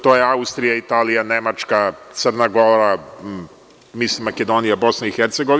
To su Austrija, Italija, Nemačka, Crna Gora, mislim Makedonija, BiH.